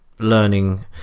Learning